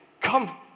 Come